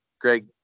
Greg